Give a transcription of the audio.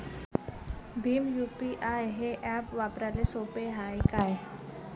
Bhim UPI हे app वापराले सोपे हाय का?